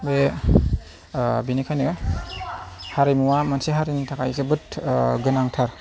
बे बेनिखायनो हारिमुआ मोनसे हारिनि थाखाय जोबोद गोनांथार